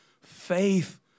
Faith